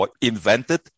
invented